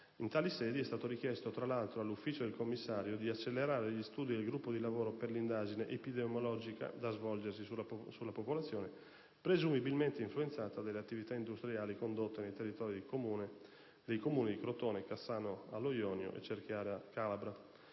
In tali sedi è stato richiesto, tra l'altro, all'ufficio del Commissario di accelerare gli studi del gruppo di lavoro per l'indagine epidemiologica da svolgersi sulla popolazione, presumibilmente influenzata dalle attività industriali condotte nel territorio dei Comuni di Crotone, Cassano allo Ionio e Cerchiara Calabra.